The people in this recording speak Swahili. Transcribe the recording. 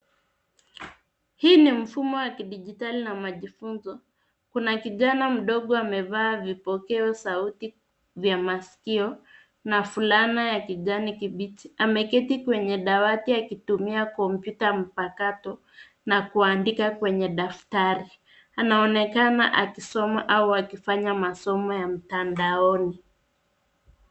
Hii ni mfumo wa kidijitali na majifunzo. Kuna kijana mdogo amevaa vipokea sauti vya masikio na fulana ya kijani kibichi. Ameketi kwenye dawati akitumia kompyuta mpakato na kuandika kwenye daftari. Anaonekana akisoma au akifanya masomo ya mtandaoni.